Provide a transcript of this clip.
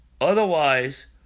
otherwise